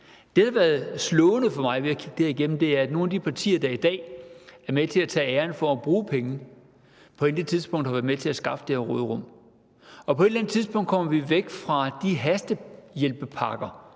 Det, der har været slående for mig ved at kigge det her igennem, er, at nogle af de partier, der i dag er med til at tage æren for at bruge penge, på intet tidspunkt har været med til at skaffe det her råderum. På et eller andet tidspunkt kommer vi væk fra de hastehjælpepakker,